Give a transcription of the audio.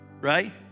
right